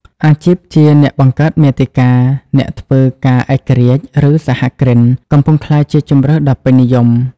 អាជីពជា អ្នកបង្កើតមាតិកា អ្នកធ្វើការឯករាជ្យ ឬ សហគ្រិន កំពុងក្លាយជាជម្រើសដ៏ពេញនិយម។